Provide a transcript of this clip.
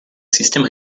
sistema